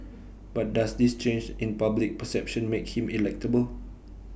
but does this change in public perception make him electable